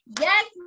Yes